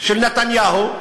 של נתניהו,